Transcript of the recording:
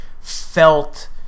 felt